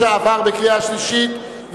עברה בקריאה שלישית,